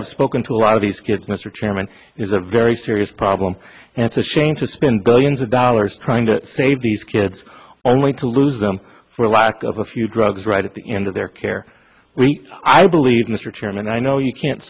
i've spoken to a lot of these kids mr chairman is a very serious problem and it's a shame to spend billions of dollars trying to save these kids only to lose them for lack of a few drugs right at the end of their care i believe mr chairman i know you can